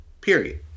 period